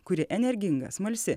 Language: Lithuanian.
kuri energinga smalsi